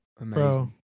Bro